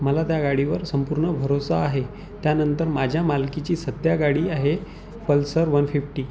मला त्या गाडीवर संपूर्ण भरवसा आहे त्यानंतर माझ्या मालकीची सध्या गाडी आहे पल्सर वन फिफ्टी